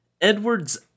Edwards